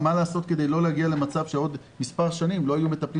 מה לעשות כדי לא להגיע למצב שבעוד מספר שנים לא יהיו מטפלים